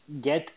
Get